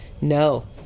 No